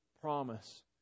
promise